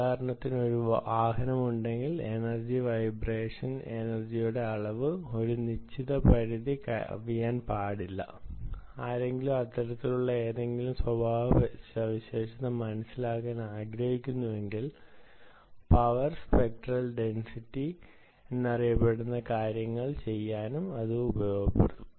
ഉദാഹരണത്തിന് ഒരു വാഹനമുണ്ടെങ്കിൽ എനർജി വൈബ്രേഷൻ എനെർജിയുടെ അളവ് ഒരു നിശ്ചിത പരിധി കവിയാൻ പാടില്ല ആരെങ്കിലും അത്തരത്തിലുള്ള എന്തെങ്കിലും ക്യാരക്ടറിസ്റ്റിക്സ് മനസിലാക്കാൻ ആഗ്രഹിക്കുന്നുവെങ്കിൽ പവർ സ്പെക്ട്രൽ ഡെൻസിറ്റി എന്നറിയപ്പെടുന്ന കാര്യങ്ങൾ ചെയ്യാനും ഇത് ഉപയോഗപ്രദമാകും